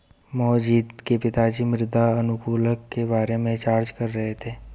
मोहजीत के पिताजी मृदा अनुकूलक के बारे में चर्चा कर रहे थे